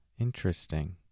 interesting